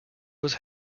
was